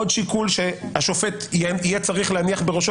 עוד שיקול שהשופט יהיה צריך להניח בראשו,